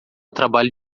trabalho